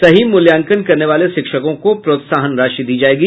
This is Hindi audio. सही मूल्यांकन करने वाले शिक्षकों को प्रोत्साहन राशि दी जायेगी